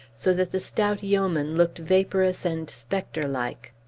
so that the stout yeoman looked vaporous and spectre-like.